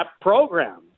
program